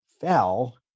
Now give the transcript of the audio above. fell